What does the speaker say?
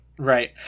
Right